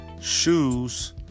shoes